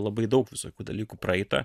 labai daug visokių dalykų praeitą